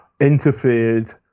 interfered